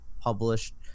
published